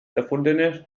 erfundene